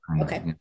Okay